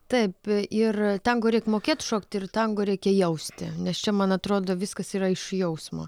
taip ir ten kur reik mokėt šokti ir tango reikia jausti nes čia man atrodo viskas yra iš jausmo